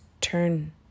turn